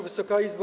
Wysoka Izbo!